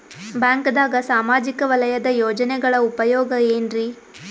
ಬ್ಯಾಂಕ್ದಾಗ ಸಾಮಾಜಿಕ ವಲಯದ ಯೋಜನೆಗಳ ಉಪಯೋಗ ಏನ್ರೀ?